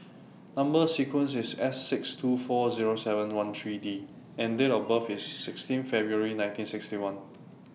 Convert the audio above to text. Number sequence IS S six two four Zero seven one three D and Date of birth IS sixteen February nineteen sixty one